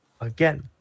again